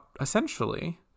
essentially